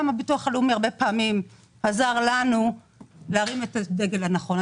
גם הביטוח הלאומי הרבה פעמים עזר לנו להרים את הדגל הנכון.